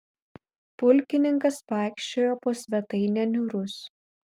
pulkininkas vaikščiojo po svetainę niūrus